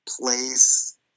place